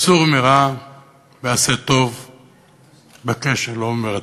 "סור מרע ועשה טוב בקש שלום ורדפהו".